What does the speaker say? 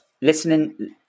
listening